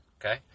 okay